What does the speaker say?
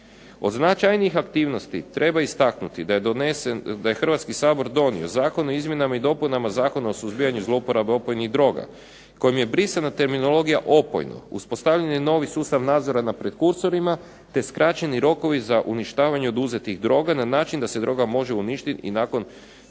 Od značajnih aktivnosti treba istaknuti da je Hrvatski sabor donio Zakon o izmjenama i dopunama Zakona o suzbijanju zlouporaba opojnih droga, kojem je brisana terminologija opojno, uspostavljen je novi sustav nadzora nad prekursorima te skraćeni rokovi za uništavanje oduzetih droga na način da se droga može uništiti i nakon provođenja